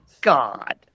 god